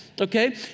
okay